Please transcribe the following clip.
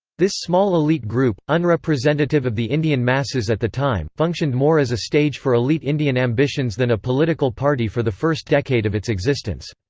this small elite group, unrepresentative of the indian masses at the time, functioned more as a stage for elite indian ambitions than a political party for the first decade of its existence.